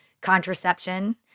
contraception